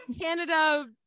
Canada